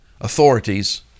authorities